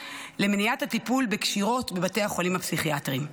למניעת הטיפול בקשירות בבתי חולים פסיכיאטריים.